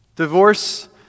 Divorce